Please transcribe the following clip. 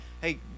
Hey